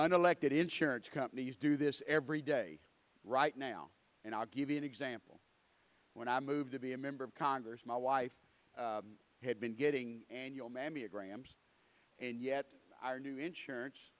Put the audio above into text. unelected insurance companies do this every day right now and i'll give you an example when i moved to be a member of congress my wife had been getting annual mammograms and yet our new insurance